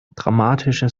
dramatische